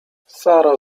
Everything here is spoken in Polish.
sara